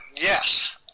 yes